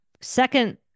second